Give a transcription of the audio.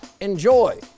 Enjoy